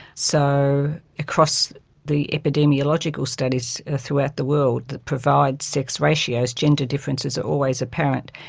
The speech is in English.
so across the epidemiological studies throughout the world that provide sex ratios, gender differences are always apparent,